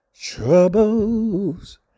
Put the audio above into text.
troubles